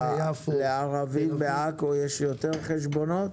לערבים בעכו יש יותר חשבונות?